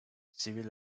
sivil